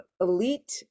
Elite